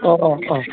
औ औ औ